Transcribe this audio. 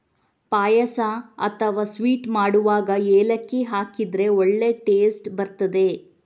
ಪಾಯಸ ಅಥವಾ ಸ್ವೀಟ್ ಮಾಡುವಾಗ ಏಲಕ್ಕಿ ಹಾಕಿದ್ರೆ ಒಳ್ಳೇ ಟೇಸ್ಟ್ ಬರ್ತದೆ